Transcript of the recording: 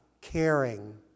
caring